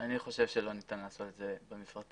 אני חושב שלא ניתן לעשות את זה במפרטים.